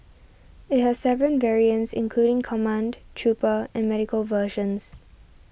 it has seven variants including command trooper and medical versions